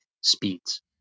speeds